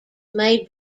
made